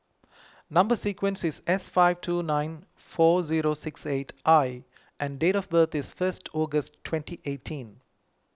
Number Sequence is S five two nine four zero six eight I and date of birth is first August twenty eighteen